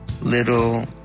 little